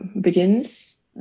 begins